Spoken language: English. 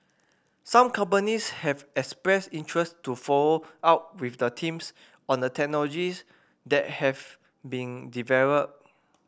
some companies have expressed interest to follow up with the teams on the technologies that have been developed